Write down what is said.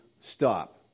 stop